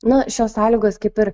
nu šios sąlygos kaip ir